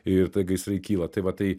ir gaisrai kyla tai va tai